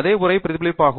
அதே உரை பிரதிபலிப்பாகும்